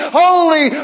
holy